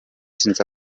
senza